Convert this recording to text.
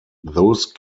those